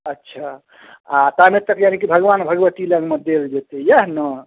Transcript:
अच्छा आ ताबे तक यानी कि भगबान भगबती लग मे देल जेतै इएह ने